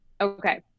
Okay